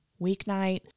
weeknight